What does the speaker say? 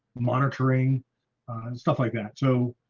monitoring and stuff like that. so